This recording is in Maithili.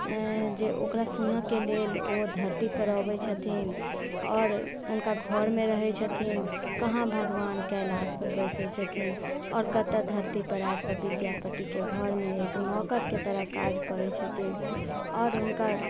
जे ओकरा सुनऽ के लेल ओ धरती पर अबै छथिन आओर हुनका घर मे रहय छथिन कहाँ भगवान कैलाश पर बसै छथिन आओर कतय धरती पर आबि के विद्यापति के घर मे एक नौकर के तरह काज करै छथिन आओर हुनकर